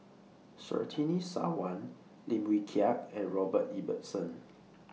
Surtini Sarwan Lim Wee Kiak and Robert Ibbetson